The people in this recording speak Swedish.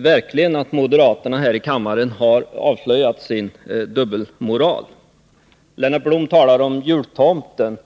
verkligen att moderaterna här i kammaren har avslöjat sin dubbelmoral. Lennart Blom talar om jultomten.